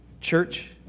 Church